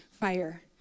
fire